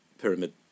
pyramid